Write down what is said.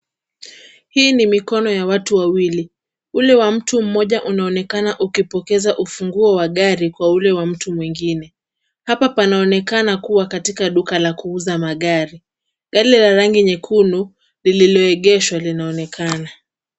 Hii ni mikono ya watu wawili. Ule wa mtu mmoja unaonekana ukipokeza ufunguo wa gari kwa ule wa mtu mwingine. Hapa panaonekana kuwa katika duka la kuuza magari. Gari la rangi nyekundu lililoegeshwa linaonekana.